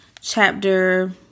chapter